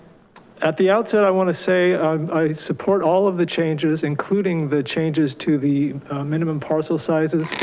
at the outset, i wanna say i support all of the changes, including the changes to the minimum parcel sizes